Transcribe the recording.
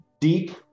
deep